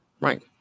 Right